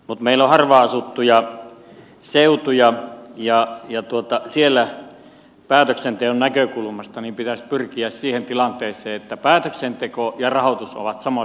mutta meillä on harvaan asuttuja seutuja ja siellä päätöksenteon näkökulmasta pitäisi pyrkiä siihen tilanteeseen että päätöksenteko ja rahoitus ovat samoissa käsissä